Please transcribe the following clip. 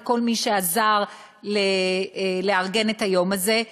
לכל מי שעזר לארגן את היום הזה,